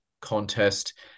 contest